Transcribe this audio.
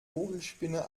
vogelspinne